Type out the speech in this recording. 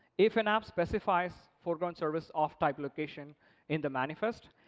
if an app specifies foreground service of type location in the manifest,